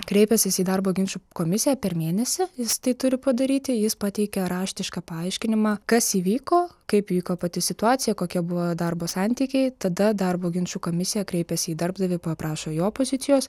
kreipęsis į darbo ginčų komisiją per mėnesį jis tai turi padaryti jis pateikia raštišką paaiškinimą kas įvyko kaip įvyko pati situacija kokie buvo darbo santykiai tada darbo ginčų komisija kreipiasi į darbdavį paprašo jo pozicijos